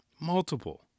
Multiple